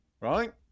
right